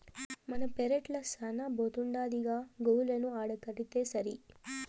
మన పెరట్ల శానా బోతుండాదిగా గోవులను ఆడకడితేసరి